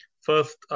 First